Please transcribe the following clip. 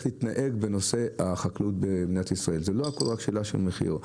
להתנהג בנושא החקלאות במדינת ישראל זה לא הכול רק שאלה של מחיר,